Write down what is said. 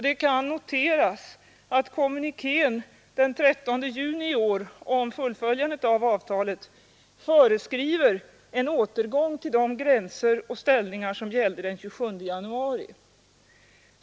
Det kan noteras att kommunikén den 13 juni i år om fullföljande av avtalet föreskriver en återgång till de gränser och ställningar som gällde den 27 januari.